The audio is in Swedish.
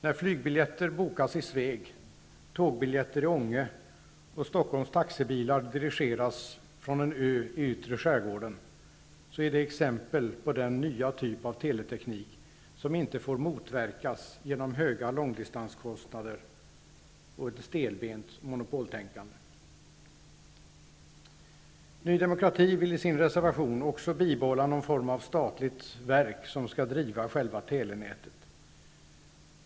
När flygbiljetter bokas i Sveg, tågbiljetter i Ånge och Stockholms taxibilar dirigeras från en ö i yttre skärgården, är det exempel på den nya typ av teleteknik som inte får motverkas genom höga långdistanskostnader och ett stelbent monopoltänkande. Ny demokrati vill i sin resevation också bibehålla någon form av statliga verk som skall driva själva telenätet.